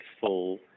full